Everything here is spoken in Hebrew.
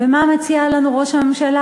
ומה מציע לנו ראש הממשלה?